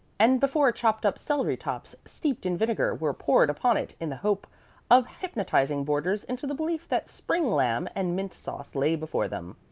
and before chopped-up celery tops steeped in vinegar were poured upon it in the hope of hypnotizing boarders into the belief that spring lamb and mint-sauce lay before them.